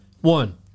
One